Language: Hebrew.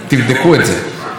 תבדקו את זה.